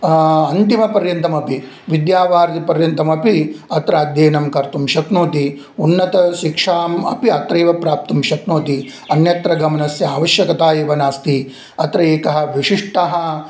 अन्तिमपर्यन्तमपि विद्यावरिदिपर्यन्तमपि अत्र अध्ययनं कर्तुं शक्नोति उन्नतशिक्षाम् अपि अत्रैव प्राप्तुं शक्नोति अन्यत्र गमनस्य आवश्यकता एव नास्ति अत्र एकः विशिष्टः